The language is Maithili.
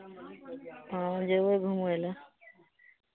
हँ जयबै घुमय लए